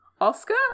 Oscar